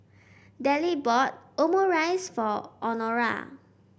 Dellie bought Omurice for Honora